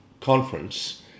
conference